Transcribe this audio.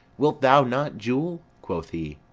wilt thou not, jule quoth he,